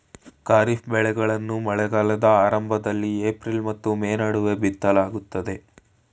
ಖಾರಿಫ್ ಬೆಳೆಗಳನ್ನು ಮಳೆಗಾಲದ ಆರಂಭದಲ್ಲಿ ಏಪ್ರಿಲ್ ಮತ್ತು ಮೇ ನಡುವೆ ಬಿತ್ತಲಾಗುತ್ತದೆ